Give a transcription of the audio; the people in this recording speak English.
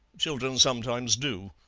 children sometimes do